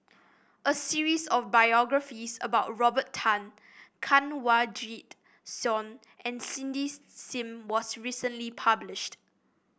a series of biographies about Robert Tan Kanwaljit Soin and Cindy Sim was recently published